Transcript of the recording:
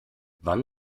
wann